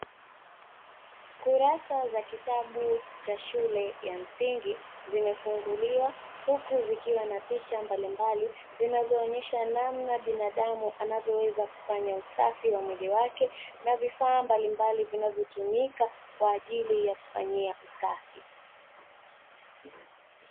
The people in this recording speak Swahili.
Kurasa za kitabu cha shule ya msingi zimefunguliwa, huku zikiwa na picha mbalimbali zinazoonyesha namna binadamu anavyoweza kufanya usafi wa mwili wake na vifaa mbalimbali vinavyotumika kwa ajili ya kufanyia usafi.